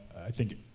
i think